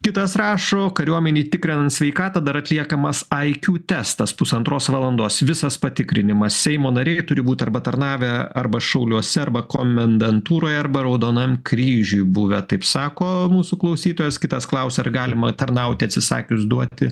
kitas rašo kariuomenėj tikrinant sveikatą dar atliekamas iq testas pusantros valandos visas patikrinimas seimo nariai turi būt arba tarnavę arba šauliuose arba komendantūroj arba raudonam kryžiuj buvę taip sako mūsų klausytojas kitas klausia ar galima tarnauti atsisakius duoti